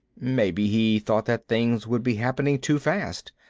maybe he thought that things would be happening too fast.